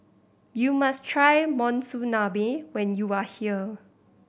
you must try Monsunabe when you are here